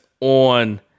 on